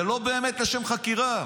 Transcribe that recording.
זה לא באמת לשם חקירה.